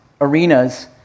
arenas